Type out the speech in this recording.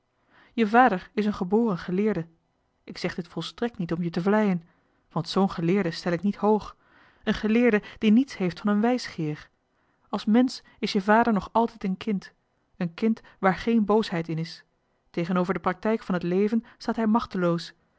je vader is een geboren geleerde ik zeg dit volstrekt niet om je te vleien want zoo'n geleerde stel ik niet hoog een geleerde die niets heeft van een wijsgeer als mensch is je vader nog altijd een kind een kind waar niets geen boosheid in is tegenover de praktijk van het leven staat hij machteloos